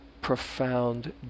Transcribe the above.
profound